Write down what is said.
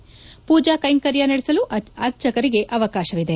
ಆದರೆ ಪೂಜಾ ಕೈಂಕರ್ಯ ನಡೆಸಲು ಅರ್ಚಕರಿಗೆ ಅವಕಾಶವಿದೆ